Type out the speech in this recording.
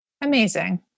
Amazing